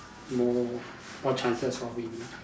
more more chances probably